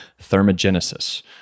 thermogenesis